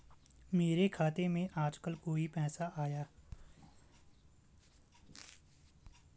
मेरे खाते में आजकल कोई पैसा आया?